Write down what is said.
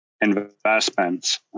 investments